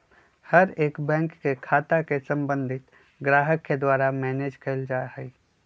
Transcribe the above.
हर एक बैंक के खाता के सम्बन्धित ग्राहक के द्वारा मैनेज कइल जा हई